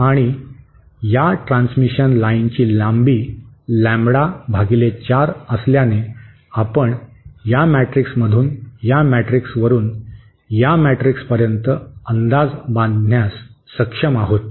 आणि या ट्रान्समिशन लाइनची लांबी लॅम्बडा भागिले 4 असल्याने आपण या मॅट्रिक्समधून या मॅट्रिक्स वरून या मॅट्रिक्सपर्यंत अंदाज बांधण्यास सक्षम आहोत